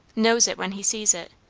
knows it when he sees it,